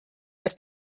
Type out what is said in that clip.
ist